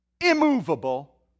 immovable